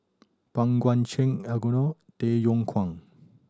Pang Guek Cheng Elangovan Tay Yong Kwang